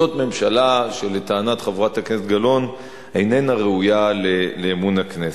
זאת ממשלה שלטענת חברת הכנסת גלאון איננה ראויה לאמון הכנסת.